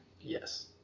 Yes